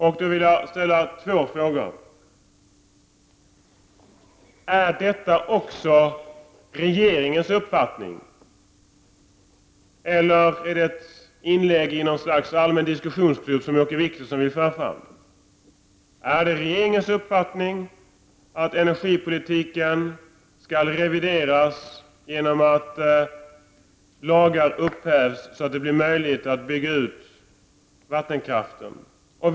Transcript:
Jag vill då ställa två frågor: Är detta också regeringens uppfattning, eller är det ett inlägg som Åke Wictorsson vill föra fram i något slags allmän diskussion? Är det regeringens uppfattning att energipolitiken skall revideras genom att lagar upphävs så att det blir möjligt att bygga ut vattenkraften?